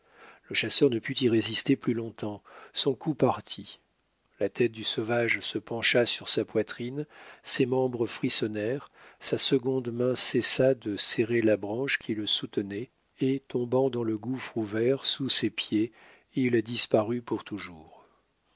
le chasseur ne put y résister plus longtemps son coup partit la tête du sauvage se pencha sur sa poitrine ses membres frissonnèrent sa seconde main cessa de serrer la branche qui le soutenait et tombant dans le gouffre ouvert sous ses pieds il disparut pour toujours